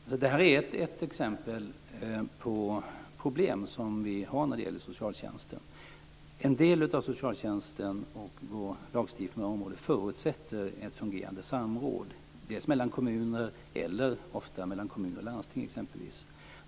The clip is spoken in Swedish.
Fru talman! Detta är ett exempel på problem som vi har när det gäller socialtjänsten. En del av socialtjänsten och vår lagstiftning på detta område förutsätter ett fungerande samråd mellan kommuner eller ofta mellan exempelvis kommuner och landsting.